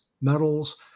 metals